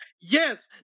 Yes